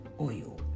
oil